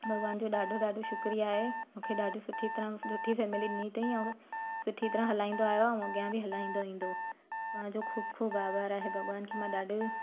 भॻिवान जो ॾाढो ॾाढो शुक्रिया आहे मूंखे ॾाढी सुठी तरह सुठी फैमिली ॾिनी अथई ऐं सुठी तरह हलाईंदो आहियो आहे ऐं अॻियां बि हलाईंदो रहंदो तव्हां जो ख़ूबु खुब आभारु आहे भॻिवान खे मां ॾाढो